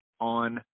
on